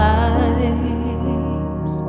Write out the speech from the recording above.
eyes